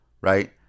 right